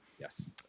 Yes